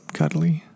cuddly